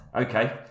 Okay